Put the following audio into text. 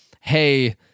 hey